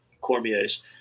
Cormier's